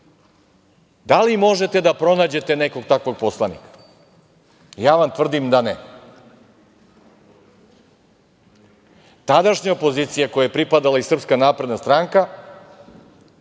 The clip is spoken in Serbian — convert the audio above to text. Da li možete da pronađete nekog takvog poslanika? Ja vam tvrdim da ne. Tadašnja opozicija, kojoj je pripadala i Srpska napredna stranka,